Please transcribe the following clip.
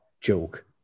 joke